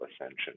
ascension